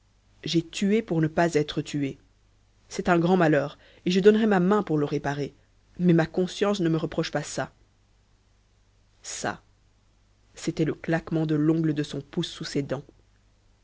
j'ai tué pour ne pas être tué c'est un grand malheur et je donnerais ma main pour le réparer mais ma conscience ne me reproche pas ça ça c'était le claquement de l'ongle de son pouce sous ses dents